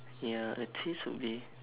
ya a twist would be